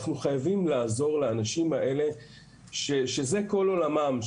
אנחנו חייבים לעזור לאנשים האלה שזה כל עולמם.